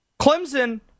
Clemson